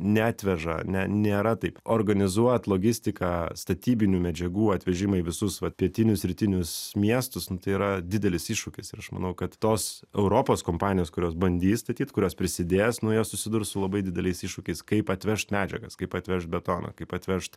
neatveža ne nėra taip organizuot logistiką statybinių medžiagų atvežimą į visus vat pietinius rytinius miestus tai yra didelis iššūkis ir aš manau kad tos europos kompanijos kurios bandys statyt kurios prisidės nu jos susidurs su labai dideliais iššūkiais kaip atvežt medžiagas kaip atvešt betoną kaip atvežt